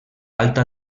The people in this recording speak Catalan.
alta